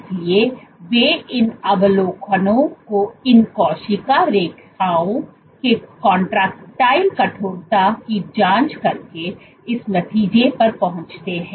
इसलिए वे इन अवलोकनों को इन कोशिका रेखाओं के कॉर्टिकल कठोरता की जांच करके इस नतीजे पर पहुंचते है